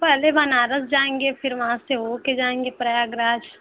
पहले बनारस जाएंगे फिर वहाँ से हो के जाएंगे प्रयागराज